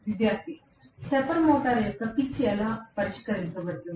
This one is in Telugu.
విద్యార్థి స్టెప్పర్ మోటారు యొక్క పిచ్ ఎలా పరిష్కరించబడింది